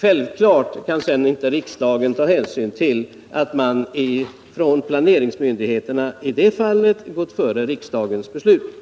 Självklart kan riksdagen inte ta hänsyn till att planeringsmyndigheterna i det fallet har gått före riksdagens beslut.